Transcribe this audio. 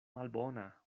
malbona